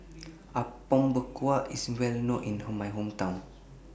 Apom Berkuah IS Well known in My Hometown